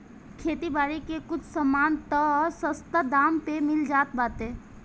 खेती बारी के कुछ सामान तअ सस्ता दाम पे मिल जात बाटे